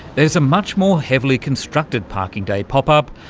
there's a much more heavily constructed parking day pop-up,